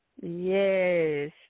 Yes